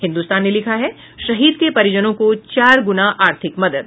हिन्दुस्तान ने लिखा है शहीद के परिजनों को चार गुना आर्थिक मदद